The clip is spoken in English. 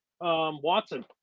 Watson